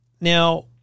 Now